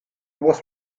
was